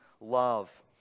love